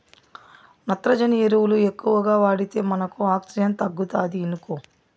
నత్రజని ఎరువులు ఎక్కువగా వాడితే మనకు ఆక్సిజన్ తగ్గుతాది ఇనుకో